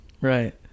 Right